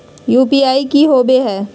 UPI की होवे हय?